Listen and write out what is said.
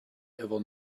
ever